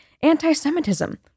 anti-Semitism